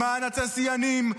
למען התעשיינים,